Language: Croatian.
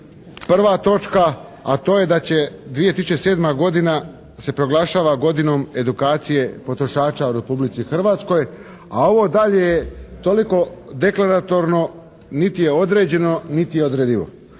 prva točka, a to je da će 2007. godina se proglašava godinom edukacije potrošača u Republici Hrvatskoj, a ovo dalje je toliko deklaratorno, niti je određeno niti je odredivo.